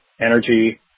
energy